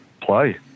play